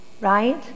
right